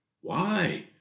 Why